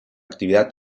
actividad